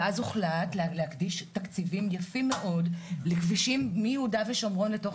אז הוחלט להקדיש תקציבים יפים מאוד לכבישים מיהודה ושומרון לתוך